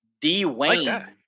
Dwayne